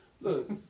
Look